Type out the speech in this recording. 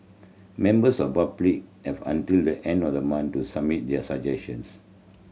members of public have until the end of the month to submit their suggestions